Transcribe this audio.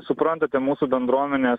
suprantate mūsų bendruomenės